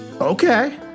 Okay